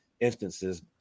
instances